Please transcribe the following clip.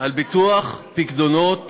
על ביטוח פיקדונות